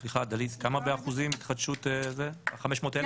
סליחה, דלית, כמה באחוזים התחדשות, ה-500,000?